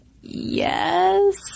yes